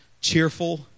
cheerful